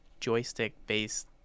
joystick-based